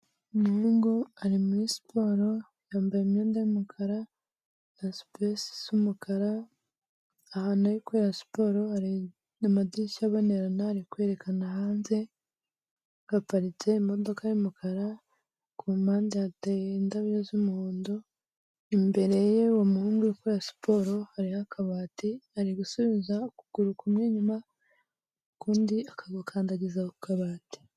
Umuhungu ari muri siporo, yambaye imyenda y'umukara, na supuresi isa umukara, ahantu ari gukorera siporo hari amadirishya abonena, ari kwerekana hanze, haparitse imodoka y'umukara, ku mpande hateye indabyo z'umuhondo, imbere y'uwo muhungu uri gukora siporo hariho akabati; ari gusubiza ukuguru kumwe inyuma, ukundi akagukandagiza ku kabati.